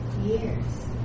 Years